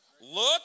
Look